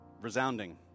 resounding